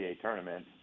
tournament